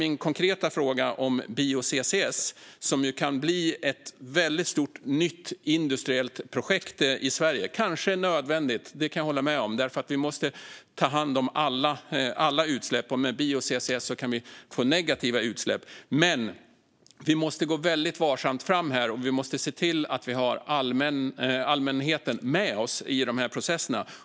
Min konkreta fråga handlade om bio-CCS, som kan bli ett väldigt stort, nytt industriellt projekt i Sverige. Jag kan hålla med om att det kanske är nödvändigt. Vi måste ta hand om alla utsläpp, och med bio-CCS kan vi få negativa utsläpp. Men vi måste gå väldigt varsamt fram och se till att ha allmänheten med oss i de här processerna.